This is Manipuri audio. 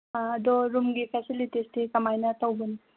ꯑꯥ ꯑꯗꯣ ꯔꯨꯝꯒꯤ ꯐꯦꯁꯤꯂꯤꯇꯤꯁꯇꯤ ꯀꯃꯥꯏꯅ ꯇꯧꯕꯅꯣ